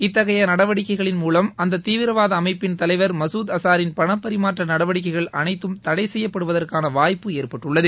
இத்தகைய நடவடிக்கைகளின் மூவம் அந்த தீவிரவாத அமைப்பின் தலைவர் மசூத் அசாரின் பணபரிமாற்ற நடவடிக்கைகள் அனைத்தும் தடை செய்யப்படுவதற்கான வாய்ப்பு ஏற்பட்டுள்ளது